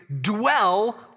dwell